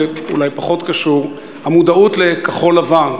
ואולי פחות קשור: המודעות לכחול-לבן,